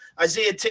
Isaiah